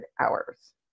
hours